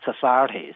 societies